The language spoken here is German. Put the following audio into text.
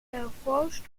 erforscht